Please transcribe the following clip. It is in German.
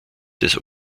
des